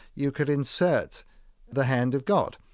you could insert the hand of god.